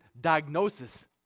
diagnosis